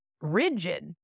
rigid